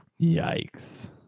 Yikes